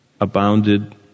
abounded